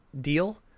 deal